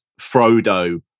Frodo